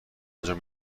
انجام